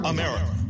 America